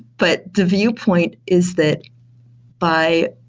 but the viewpoint is that by